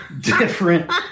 different